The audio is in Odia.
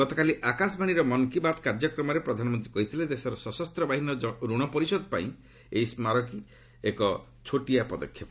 ଗତକାଲି ଆକାଶବାଣୀର ମନ୍ କି ବାତ୍ କାର୍ଯ୍ୟକ୍ରମରେ ପ୍ରଧାନମନ୍ତ୍ରୀ କହିଥିଲେ ଦେଶର ଶସସ୍ତ ବାହିନୀର ରୁଣ ପରିଶୋଧ ପାଇଁ ଏହି ସ୍କାରକୀ ଏକ ଛୋଟିଆ ପଦକ୍ଷେପ